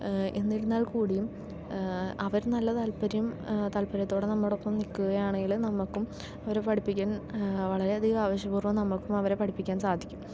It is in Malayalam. എന്നിരുന്നാൽക്കൂടിയും അവർ നല്ല താല്പര്യം താൽപര്യത്തോടെ നമ്മോടൊപ്പം നിൽക്കുകയാണെങ്കിൽ നമുക്കും അവരെ പഠിപ്പിക്കാൻ വളരെയധികം ആവേശപൂർവ്വം നമുക്കും അവരെ പഠിപ്പിക്കാൻ സാധിക്കും